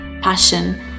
passion